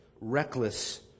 reckless